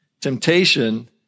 Temptation